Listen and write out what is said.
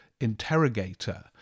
interrogator